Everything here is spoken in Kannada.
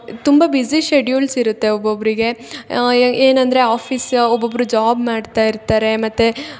ತುಂಬ ಬ್ಯುಸಿ ಶೆಡ್ಯೂಲ್ಸ್ ಇರುತ್ತೆ ಒಬ್ಬೊಬ್ಬರಿಗೆ ಏನಂದ್ರೆ ಆಫೀಸ್ ಒಬ್ಬೊಬ್ರು ಜಾಬ್ ಮಾಡ್ತಾ ಇರ್ತಾರೆ ಮತ್ತು